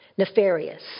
Nefarious